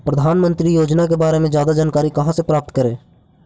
प्रधानमंत्री योजना के बारे में जादा जानकारी कहा से प्राप्त करे?